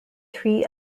three